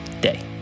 day